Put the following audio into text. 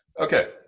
Okay